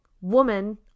woman